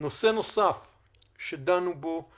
דנו גם